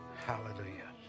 Hallelujah